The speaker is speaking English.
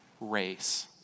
race